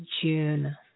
June